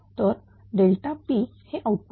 तर Pg हे output